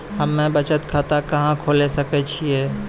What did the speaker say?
हम्मे बचत खाता कहां खोले सकै छियै?